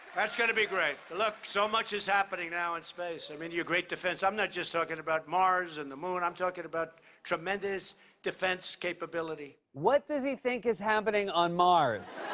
that's going to be great. look, so much is happening now in space. i mean, your great defense. i'm not just talking about mars and the moon, i'm talking about tremendous defense capability. what does he think is happening on mars?